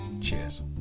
Cheers